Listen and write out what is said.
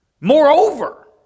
moreover